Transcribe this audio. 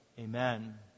Amen